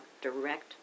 direct